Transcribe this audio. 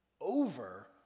over